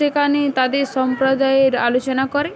সেখানে তাদের সম্প্রদায়ের আলোচনা করে